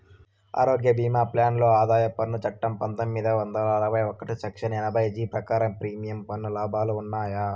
ఆరోగ్య భీమా ప్లాన్ లో ఆదాయ పన్ను చట్టం పందొమ్మిది వందల అరవై ఒకటి సెక్షన్ ఎనభై జీ ప్రకారం ప్రీమియం పన్ను లాభాలు ఉన్నాయా?